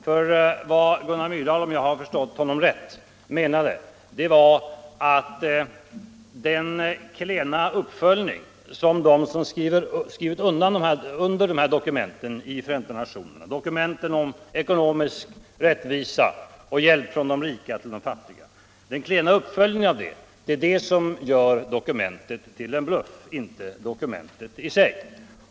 För vad Gunnar Myrdal menade var att det är den klena uppföljningen från deras sida som skrivit under det här dokumentet i Förenta nationerna — dokumentet om ekonomisk rättvisa och hjälp från de rika till de fattiga — som gör dokumentet till en bluff, inte dokumentet i sig.